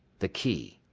the key.